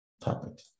topic